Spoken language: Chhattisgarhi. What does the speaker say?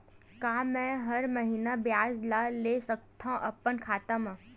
का मैं हर महीना ब्याज ला ले सकथव अपन खाता मा?